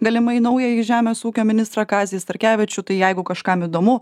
galimai naująjį žemės ūkio ministrą kazį starkevičių tai jeigu kažkam įdomu